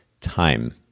time